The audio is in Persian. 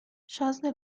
شازده